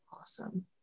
Awesome